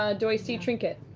ah do i see trinket